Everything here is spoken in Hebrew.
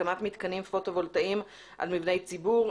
הקמת מתקנים פוטו וולטאיים על מבני ציבור,